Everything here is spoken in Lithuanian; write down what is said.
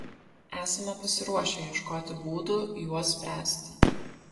esame pasiruošę ieškoti būdų juos spręsti